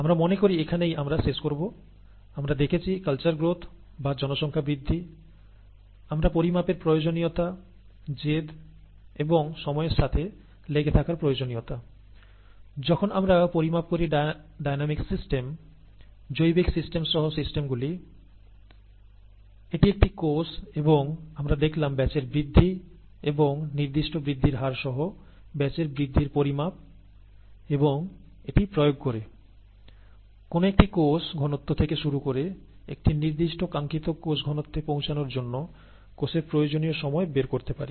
আমি মনে করি এখানেই আমরা শেষ করব আমরা দেখেছি কালচার গ্রোথ বা জনসংখ্যা বৃদ্ধি আমরা পরিমাপের প্রয়োজনীয়তা জেদ এবং সময়ের সাথে লেগে থাকার প্রয়োজনীয়তা আমরা দেখেছি পরিমাপের প্রয়োজনীয়তা এবং জৈবিক সিস্টেম অর্থাৎ একটি কোষ সহ বিভিন্ন ডায়নামিক সিস্টেমগুলি যখন আমরা পরিমাপ করার চেষ্টা করি তখন সময়ের হারের সাথে আটকে থাকার প্রয়োজনীয়তা তারপরে আমরা দেখেছি ব্যাচের বৃদ্ধি এবং স্পেসিফিক গ্রোথ রেটের মাধ্যমে ব্যাচের বৃদ্ধি পরিমাপ এবং তার প্রয়োগ হিসেবে কোন একটি কোষ ঘনত্ব থেকে শুরু করে নির্দিষ্ট একটি কাঙ্খিত কোষ ঘনত্বে পৌঁছানোর জন্য প্রয়োজনীয় সময় বের করতে পারি